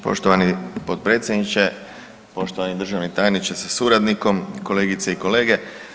Poštovani potpredsjedniče, poštovani državni tajniče sa suradnikom, kolegice i kolege.